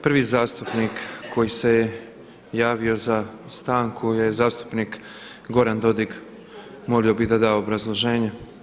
Prvi zastupnik koji se javio za stanku je zastupnik Goran Dodig, molio bi da da obrazloženje.